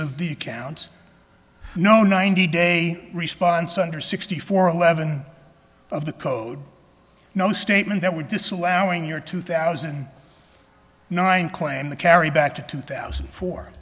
of the counts no ninety day response under sixty four eleven of the code no statement that would disallowing your two thousand and nine claim the carry back to two thousand four